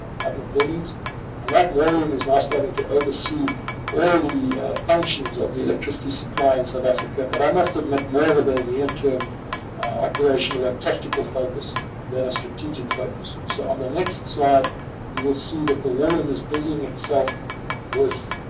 government buildings and that war room is now starting to oversee all the functions of the electricity supply in south africa, but i must admit more with a near term operational and technical focus than a strategic focus. so on the next slide we will see that the war room is busying itself with